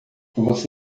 você